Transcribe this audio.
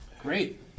Great